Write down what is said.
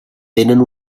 tenen